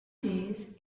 days